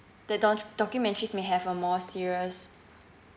the do~ documentaries may have a more serious